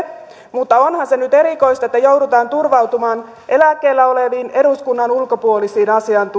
mutta onhan se nyt erikoista että joudutaan turvautumaan eläkkeellä oleviin eduskunnan ulkopuolisiin